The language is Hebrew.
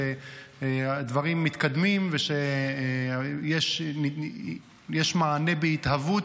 שהדברים מתקדמים ושיש מענה בהתהוות.